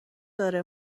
داره